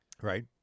Right